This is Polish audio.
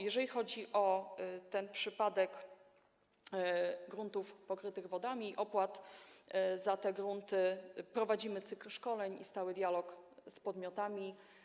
Jeżeli chodzi o przypadek gruntów pokrytych wodami, opłat za te grunty, to prowadzimy cykl szkoleń i stały dialog z podmiotami.